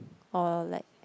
or like